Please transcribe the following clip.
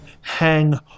Hang